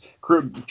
Crew